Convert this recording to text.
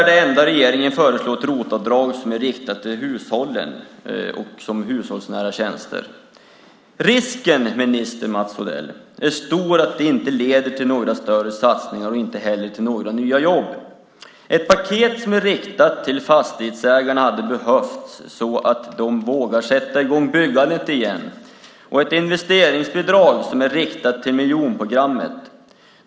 Det enda regeringen föreslår är ett ROT-avdrag som är riktat till hushållen som hushållsnära tjänster. Risken är stor, minister Mats Odell, att det inte leder till några större satsningar och inte heller till några nya jobb. Det hade behövts ett paket som är riktat till fastighetsägarna så att de vågar sätta i gång byggandet igen och ett investeringsbidrag som är riktat till miljonprogrammet.